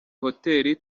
hotel